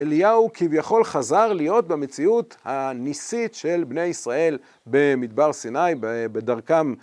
אליהו כביכול חזר להיות במציאות הניסית של בני ישראל במדבר סיני בדרכם.